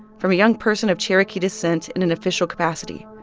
from a young person of cherokee descent in an official capacity.